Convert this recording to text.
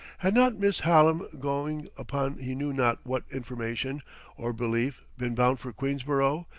had not mrs. hallam, going upon he knew not what information or belief, been bound for queensborough,